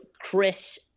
Chris